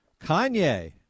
Kanye